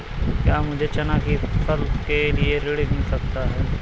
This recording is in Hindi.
क्या मुझे चना की फसल के लिए ऋण मिल सकता है?